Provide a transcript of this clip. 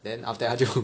then after that 他就